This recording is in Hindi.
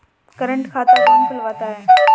करंट खाता कौन खुलवाता है?